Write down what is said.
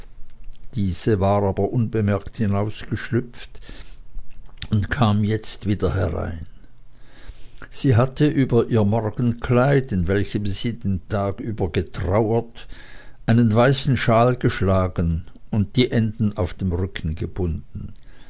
diese war aber unbemerkt hinausgeschlüpft und kam jetzt wieder herein sie hatte über ihr morgenkleid in welchem sie den tag über getrauert einen weißen shawl geschlagen und die enden auf den rücken gebunden